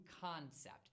concept